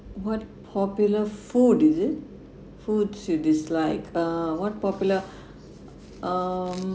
what popular food is it foods you dislike uh what popular um